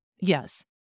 Yes